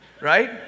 Right